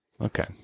Okay